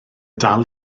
dal